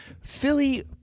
Philly